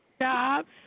jobs